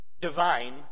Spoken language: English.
Divine